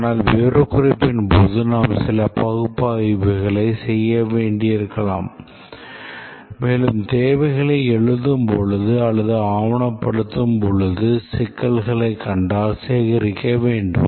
ஆனால் விவரக்குறிப்பின் போது நாம் சில பகுப்பாய்வுகளைச் செய்ய வேண்டியிருக்கலாம் மேலும் தேவைகளை எழுதும் போது அல்லது ஆவணப்படுத்தும் போது சிக்கல்களைக் கண்டால் சேகரிக்க வேண்டும்